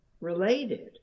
related